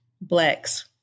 Blacks